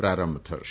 પ્રારંભ થશે